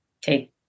take